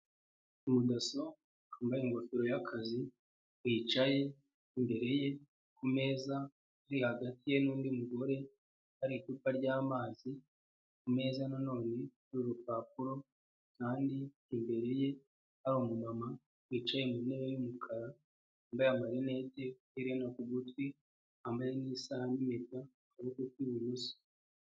Umudasso wambaye ingofero y'akazi yicaye, imbere ye ku meza uri hagati ye nundi mugore hari icupa ryamazi, ku meza nanone hari urupapuro, kandi imbere ye hari umumama wicaye ku ntebe y'umukara, yambaye amalinete n'iherena ku gutwi yambaye n'isaha n' impeta ku kuboko kw'ibumoso.